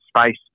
space